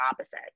opposite